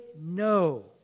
no